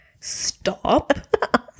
Stop